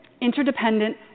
interdependent